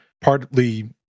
Partly